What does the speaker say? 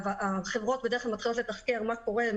והחברות בדרך כלל מתחילות לתחקר מה קורה,